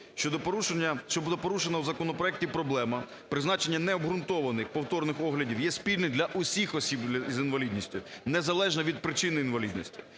свідчать, що порушена в законопроекті проблема призначення необґрунтованих повторних оглядів є спільною для усіх осіб з інвалідністю, незалежно від причин інвалідності.